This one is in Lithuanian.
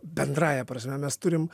bendrąja prasme mes turim